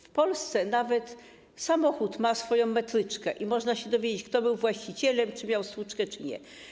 W Polsce nawet samochód ma swoją metryczkę i można się dowiedzieć, kto był właścicielem, czy miał stłuczkę czy nie.